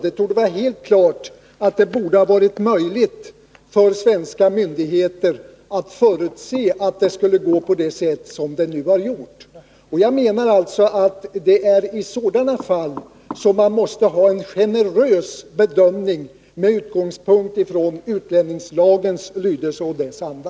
Det torde vara helt klart att det borde ha varit möjligt för svenska myndigheter att förutse att det skulle gå så som det nu har gjort. Det är i sådana fall som jag menar att man måste göra en generös bedömning med utgångspunkt i utlänningslagens lydelse och anda.